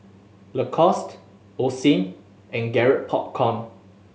Lacoste Osim and Garrett Popcorn